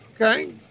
Okay